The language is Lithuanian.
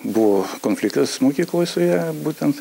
buvo konfliktas mokykloj su ja būtent